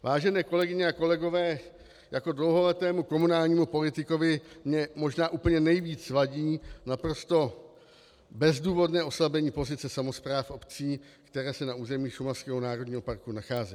Vážené kolegyně a kolegové, jako dlouholetému komunálnímu politikovi mně možná úplně nejvíc vadí naprosto bezdůvodné oslabení pozice samospráv obcí, které se na území šumavského národního parku nacházejí.